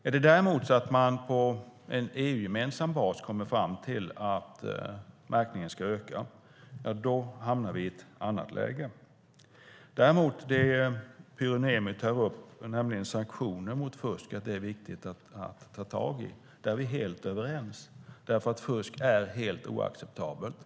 Är det däremot så att man på en EU-gemensam bas kommer fram till att märkningen ska öka hamnar vi i ett annat läge. Beträffande det Pyry Niemi tar upp - sanktioner mot fusk och att det är viktigt att ta tag i detta - är vi däremot helt överens. Fusk är helt oacceptabelt.